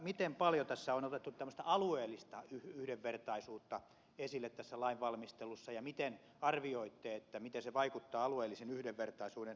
miten paljon tässä lain valmistelussa on otettu tämmöistä alueellista yhdenvertaisuutta esille ja miten arvioitte sen vaikuttavan alueellisen yhdenvertaisuuden arviointiin